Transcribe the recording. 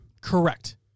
Correct